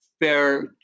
fair